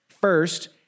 First